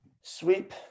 Sweep